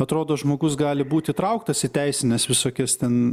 atrodo žmogus gali būt įtrauktas į teisines visokias ten